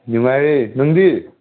ꯅꯨꯡꯉꯥꯏꯔꯦ ꯅꯪꯗꯤ